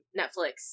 netflix